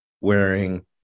wearing